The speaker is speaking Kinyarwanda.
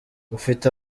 ufite